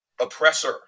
oppressor